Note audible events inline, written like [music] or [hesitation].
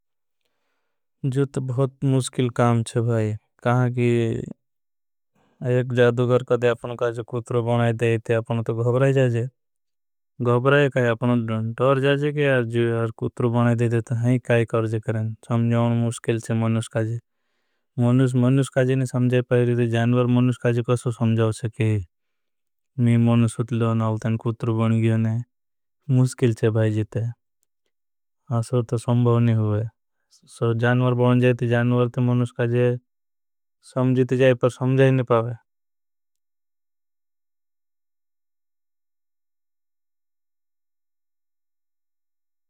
तो बहुत मुश्किल काम छे भाई कि [hesitation] एक। जादुगर कदे आपने काई जो कुतरो बनाये दे थे अपने तो। गभराई जाजे काई आपने दोर जाजे के जो यार कुतरो बनाये। दे दे तो है काई करजे करें मुश्किल छे मनुषकाजी नहीं। समझाए पाईरिदे जादुगर मनुषकाजी कोई सो समझाओ से। कहीं मनुषकाजी लोनाल तें कुतरो बन गियोने मुश्किल छे। भाई जीते तो समभवनी होई बन जाये तें जानवर तें मनुषकाजी। समझीत जाये पर समझाए नहीं पावे।